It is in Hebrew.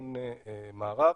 לכיוון מערב,